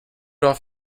off